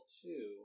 two